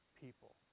people